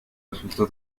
resultó